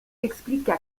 expliqua